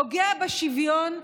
פוגע בשוויון,